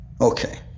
Okay